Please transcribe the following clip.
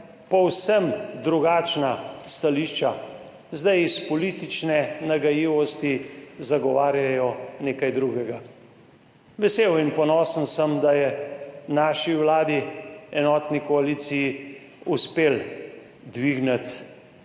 povsem drugačna stališča, zdaj iz politične nagajivosti zagovarjajo nekaj drugega. Vesel in ponosen sem, da je naši vladi, enotni koaliciji uspelo dvigniti